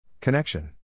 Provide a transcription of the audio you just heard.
connection